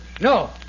No